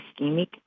ischemic